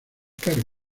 cargo